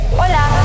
hola